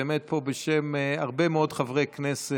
באמת פה בשם הרבה מאוד חברי כנסת.